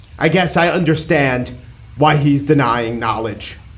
i guess i understand why he's denying knowledge.